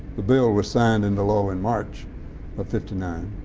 the bill was signed into law in march of fifty nine,